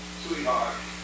sweetheart